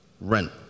Rent